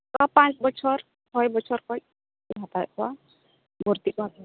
ᱚᱱᱠᱟ ᱯᱟᱸᱪ ᱵᱚᱪᱷᱚᱨ ᱪᱷᱚᱭ ᱵᱚᱪᱷᱚᱨ ᱠᱷᱚᱱ ᱠᱚ ᱦᱟᱛᱟᱣᱮᱫ ᱠᱚᱣᱟ ᱵᱷᱚᱨᱛᱤ ᱠᱚ ᱦᱟᱛᱟᱣᱮᱫ ᱠᱚᱣᱟ